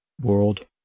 World